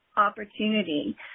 opportunity